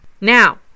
Now